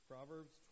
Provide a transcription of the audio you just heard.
proverbs